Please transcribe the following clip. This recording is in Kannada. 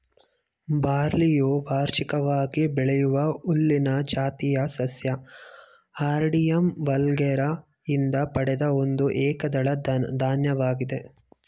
ಬಾರ್ಲಿಯು ವಾರ್ಷಿಕವಾಗಿ ಬೆಳೆಯುವ ಹುಲ್ಲಿನ ಜಾತಿಯ ಸಸ್ಯ ಹಾರ್ಡಿಯಮ್ ವಲ್ಗರೆ ಯಿಂದ ಪಡೆದ ಒಂದು ಏಕದಳ ಧಾನ್ಯವಾಗಿದೆ